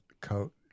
coat